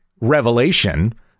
revelation